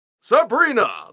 Sabrina